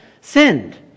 Sinned